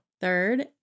Third